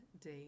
day